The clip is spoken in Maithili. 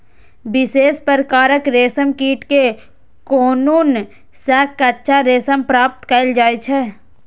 विशेष प्रकारक रेशम कीट के कोकुन सं कच्चा रेशम प्राप्त कैल जाइ छै